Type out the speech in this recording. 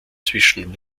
zwischen